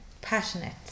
passionate